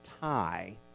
tie